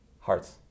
Hearts